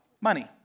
money